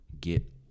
get